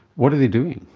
what are they doing?